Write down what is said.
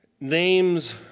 Names